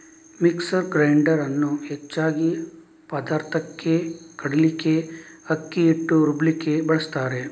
mixer grinder ಅನ್ನು ಹೆಚ್ಚಾಗಿ ಪದಾರ್ಥಕ್ಕೆ ಕಡೀಲಿಕ್ಕೆ, ಅಕ್ಕಿ ಹಿಟ್ಟು ರುಬ್ಲಿಕ್ಕೆ ಬಳಸ್ತಾರೆ